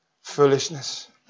foolishness